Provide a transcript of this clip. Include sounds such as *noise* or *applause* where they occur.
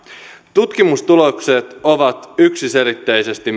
tutkimustulokset ovat yksiselitteisesti *unintelligible*